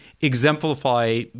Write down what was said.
exemplify